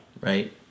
right